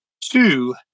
Two